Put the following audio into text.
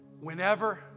Whenever